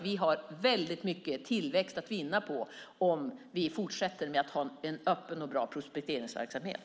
Vi har mycket tillväxt att vinna om vi fortsätter ha en öppen och bra prospekteringsverksamhet.